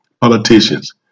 politicians